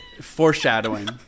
foreshadowing